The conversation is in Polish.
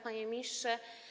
Panie Ministrze!